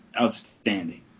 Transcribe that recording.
outstanding